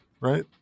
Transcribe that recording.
right